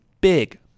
big